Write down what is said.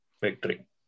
victory